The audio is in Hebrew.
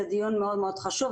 זה דיון מאוד חשוב,